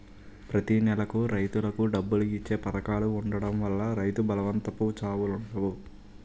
ప్రతి నెలకు రైతులకు డబ్బులు ఇచ్చే పధకాలు ఉండడం వల్ల రైతు బలవంతపు చావులుండవు